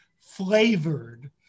flavored